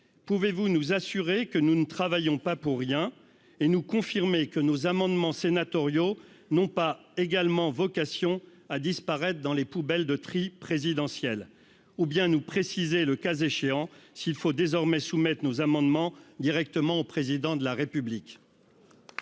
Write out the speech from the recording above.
pouvez-vous nous assurer que nous ne travaillons pas pour rien et nous confirmer que nos amendements sénatoriaux non pas également vocation à disparaître dans les poubelles de tri présidentielle ou bien nous préciser le cas échéant, s'il faut désormais soumettre nos amendements directement au président de la République.